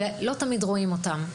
אבל לא תמיד רואים אותן,